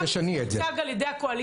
גם אם זה יוצג על ידי הקואליציה,